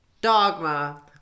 dogma